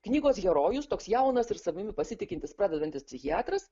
knygos herojus toks jaunas ir savimi pasitikintis pradedantis psichiatras